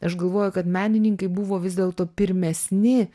aš galvoju kad menininkai buvo vis dėlto pirmesni